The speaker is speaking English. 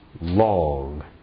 long